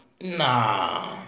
Nah